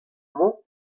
mañ